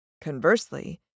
Conversely